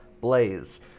Blaze